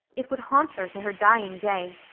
it would haunt her to her dying day.